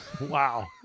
Wow